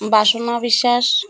ବାସନ ବିଶ୍ୱାସ